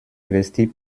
investit